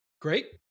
Great